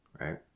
right